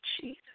Jesus